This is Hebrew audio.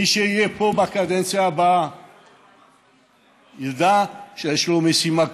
מי שיהיה פה בקדנציה הבאה ידע שיש לו משימה קדושה: